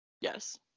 Yes